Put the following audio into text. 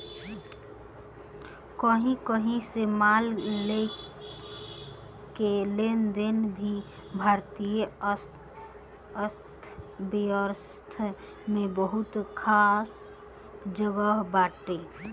कही कही से माल के लेनदेन के भारतीय अर्थव्यवस्था में बहुते खास जगह बाटे